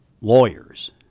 lawyers